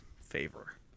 favor